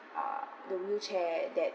uh the wheelchair that